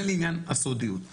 זה לעניין הסודיות.